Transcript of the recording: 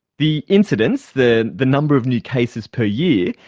the incidence, the the number of new cases per year,